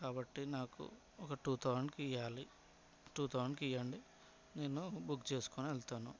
కాబట్టి నాకు ఒక టూ థౌజండ్కి ఇయ్యాలి టూ థౌజండ్కి ఇయ్యండి నేను బుక్ చేసుకొని వెళ్తాను